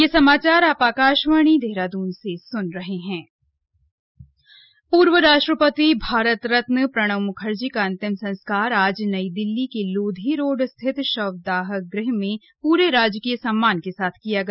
प्रणब मुखर्जी पूर्व राष्ट्रपति प्रणब म्खर्जी का अंतिम संस्कार आज नई दिल्ली के लोदी रोड स्थित शवदाह गृह में प्रे राजकीय सम्मान के साथ किया गया